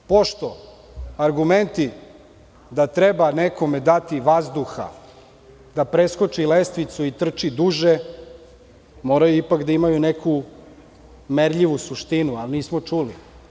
Argumenti da treba nekome dati vazduha da preskoči lestvicu i trči duže, mora da ima neku merljivu suštinu, ali nismo čuli.